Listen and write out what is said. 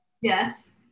Yes